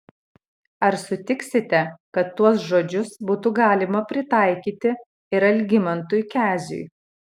ar sutiksite kad tuos žodžius būtų galima pritaikyti ir algimantui keziui